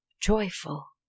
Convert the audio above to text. joyful